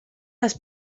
las